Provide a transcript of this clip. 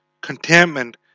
Contentment